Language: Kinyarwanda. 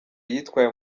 yitwaye